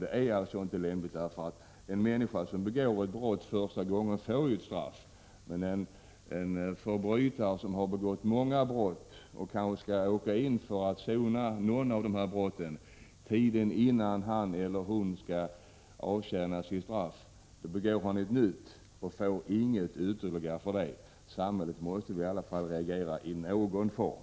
En människa som för första gången begår ett brott får ett straff, men en förbrytare som har begått många brott och kanske skall i fängelse för att sona något av dessa får inget ytterligare straff om han eller hon tiden innan straffet skall avtjänas begår ett nytt brott. Samhället måste väl i alla fall reagera i någon form!